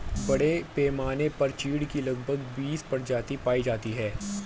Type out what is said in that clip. बड़े पैमाने पर चीढ की लगभग बीस प्रजातियां पाई जाती है